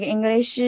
English